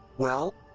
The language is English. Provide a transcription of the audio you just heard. well,